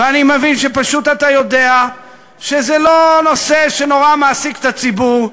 ואני מבין שאתה פשוט יודע שזה לא נושא שנורא מעסיק את הציבור,